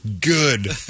Good